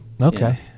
Okay